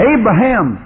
Abraham